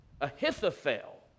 Ahithophel